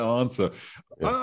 answer